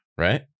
Right